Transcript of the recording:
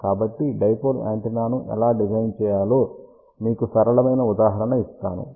కాబట్టి డైపోల్ యాంటెన్నాను ఎలా డిజైన్ చేయాలో మీకు సరళమైన ఉదాహరణ ఇస్తాను